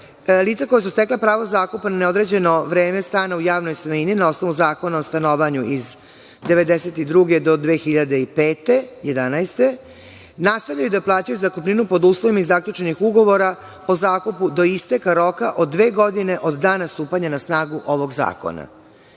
lica koja su stekla pravo zakupa na neodređeno vreme stana u javnoj svojini, na osnovu Zakona o stanovanju iz 1992. do 2005. godine, 2011. godine, nastavljaju da plaćaju zakupninu po uslovima zaključenim iz ugovora o zakupu do isteka roka od dve godine od dana stupanja na snagu ovog zakona.